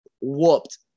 whooped